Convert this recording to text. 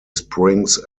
springs